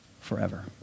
forever